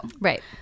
Right